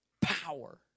power